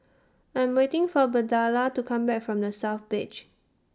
I'm waiting For Birdella to Come Back from The South Beach